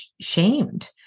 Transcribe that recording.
shamed